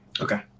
Okay